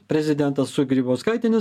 prezidentas su grybauskaite ne